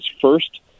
first